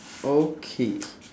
okay